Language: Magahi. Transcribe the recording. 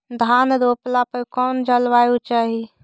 धान रोप ला कौन जलवायु चाही?